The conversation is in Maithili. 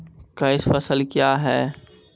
कैश फसल क्या हैं?